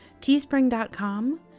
teespring.com